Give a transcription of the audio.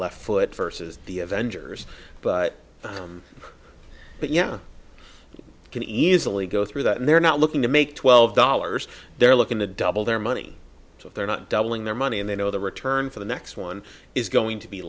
left foot first as the avengers but but yeah you can easily go through that and they're not looking to make twelve dollars they're looking to double their money so they're not doubling their money and they know the return for the next one is going to be